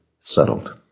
settled